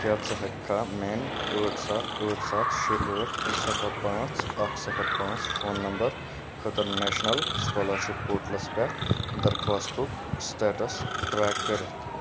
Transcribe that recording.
کیٛاہ ژٕ ہیٚکٕکھا میٛانہِ ٲٹھ سَتھ ٲٹھ سَتھ شےٚ ٲٹھ زٕ صِفَر پانٛژھ اَکھ صِفَر پانٛژھ فون نمبر خٲطرٕ نیشنل سُکالرشِپ پورٹلس پٮ۪ٹھ درخواستُک سِٹیٹس ٹرٛیٚک کٔرِتھ